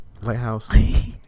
lighthouse